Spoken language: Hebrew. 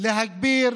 להגביר